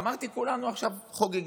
אמרתי: כולנו עכשיו חוגגים,